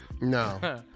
No